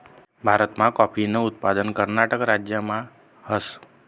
भारतमा काॅफीनं उत्पादन कर्नाटक राज्यमा व्हस